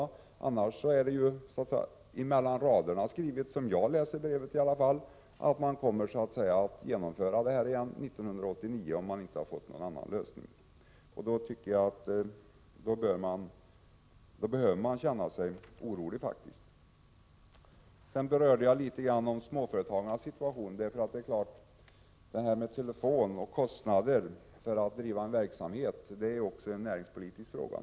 Om man inte kommer fram till någon annan lösning, kommer — det framgår ju av brevet, såvitt jag förstår, om man läser mellan raderna — samma sak att upprepas 1989. Mot den bakgrunden har man faktiskt, som jag ser saken, anledning att känna sig orolig. Sedan berörde jag något småföretagarnas situation. Det här med telefon och diverse kostnader när det gäller att driva en verksamhet är naturligtvis också en näringspolitisk fråga.